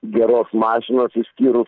geros mašinos išskyrus